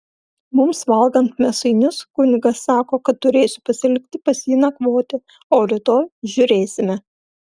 mums valgant mėsainius kunigas sako kad turėsiu pasilikti pas jį nakvoti o rytoj žiūrėsime